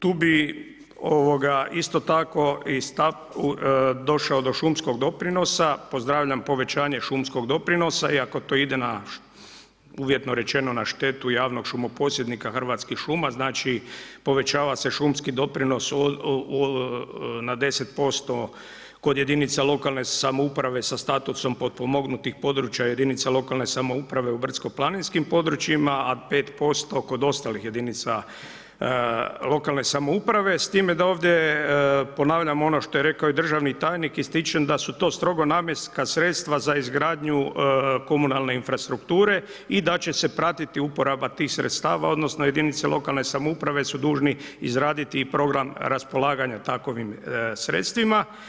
Tu bih isto tako istaknuo, došao do šumskog doprinosa, pozdravljam povećanje šumskog doprinosa, iako to ide na, uvjetno rečeno, na štetu javnog šumo posjednika Hrvatskih šuma, znači povećava se šumskih doprinos na 10% kod jedinica lokalne samouprave sa statusom potpomognutih područja jedinica lokalne samouprave u brdsko-planinskim područjima, a 5% kod ostalih jedinica lokalne samouprave s time da ovdje ponavljam ono što je rekao i državni tajnik, ističem da su to strogo namjenska sredstva za izgradnju komunalne infrastrukture i da će se pratiti uporaba tih sredstava, odnosno jedinice lokalne samouprave su dužni izraditi program raspolaganja takovim sredstvima.